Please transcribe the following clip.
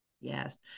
Yes